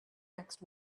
next